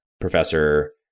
professor